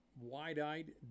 wide-eyed